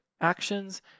actions